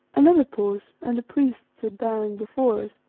another pause, and a priest stood bowing before us,